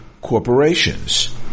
corporations